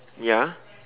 ya